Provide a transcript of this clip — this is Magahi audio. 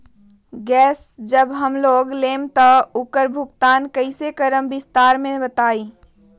गैस जब हम लोग लेम त उकर भुगतान कइसे करम विस्तार मे बताई?